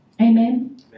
Amen